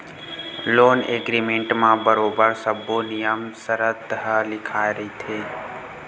loan agreement म बरोबर सब्बो नियम सरत ह लिखाए रहिथे